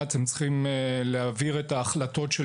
מה בדיוק ההשפעות על